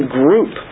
group